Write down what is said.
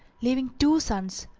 leaving two sons,